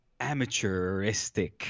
amateuristic